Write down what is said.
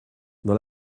dans